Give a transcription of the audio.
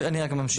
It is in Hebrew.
אני רק ממשיך.